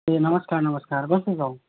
ए नमस्कार नमस्कार कस्तो छौ